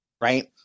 right